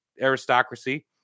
aristocracy